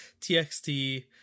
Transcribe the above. TXT